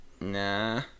Nah